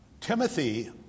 Timothy